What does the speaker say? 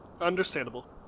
Understandable